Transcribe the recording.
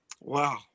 Wow